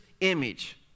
image